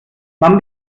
man